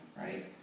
right